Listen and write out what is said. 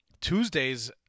Tuesdays